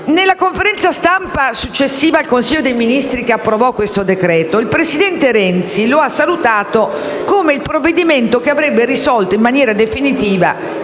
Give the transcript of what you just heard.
Nella conferenza stampa successiva al Consiglio dei ministri che approvò il decreto-legge in esame, il presidente Renzi lo ha salutato come il provvedimento che avrebbe risolto in maniera definitiva